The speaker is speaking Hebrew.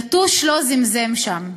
יתוש לא זמזם שם,